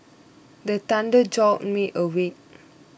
the thunder jolt me awake